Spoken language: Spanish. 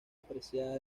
apreciada